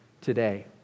today